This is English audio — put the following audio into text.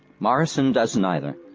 morison does neither.